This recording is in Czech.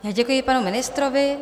Děkuji panu ministrovi.